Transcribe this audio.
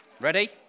Ready